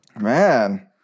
Man